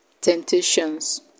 temptations